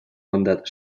мандат